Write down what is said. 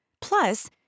Plus